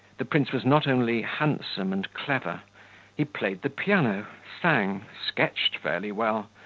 the prince was not only handsome and clever he played the piano, sang, sketched fairly well,